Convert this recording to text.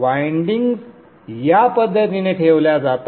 windings या पद्धतीने ठेवल्या जातात